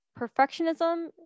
perfectionism